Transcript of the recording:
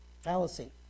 fallacy